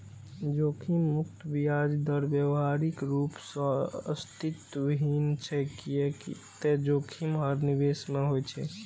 जोखिम मुक्त ब्याज दर व्यावहारिक रूप सं अस्तित्वहीन छै, कियै ते जोखिम हर निवेश मे होइ छै